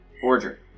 Forger